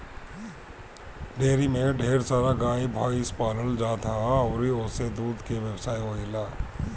dairy में ढेर सारा गाए भइस पालल जात ह अउरी ओसे दूध के व्यवसाय होएला